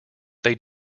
they